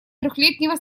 трехлетнего